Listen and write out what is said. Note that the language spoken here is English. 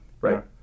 Right